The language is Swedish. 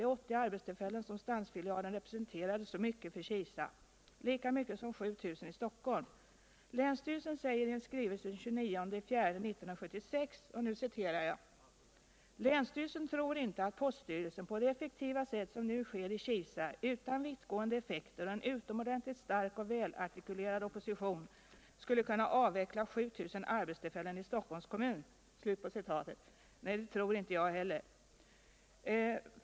de 80 arbetstillfällen som stansfilialen representerade mycket för Kisa. lika mycket som 7000 i Stockholm. Länsstyrelsen säger i en skrivelse den 29 april 1976: ”Linsstyrelsen tror inte att poststyrelsen på det effektiva sätt som nu sker i Kisa itan vittgående effekter och en utomordentligt stark och välartikulerad opposition skulle kunna avveckla 7000 arbetsullfällen i Stockholms kommun.” Nej. det tror inte jag heller.